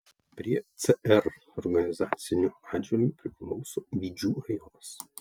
prie cr organizaciniu atžvilgiu priklauso vidžių rajonas